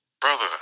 Brother